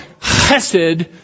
chesed